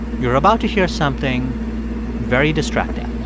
you're about to hear something very distracting